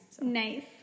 nice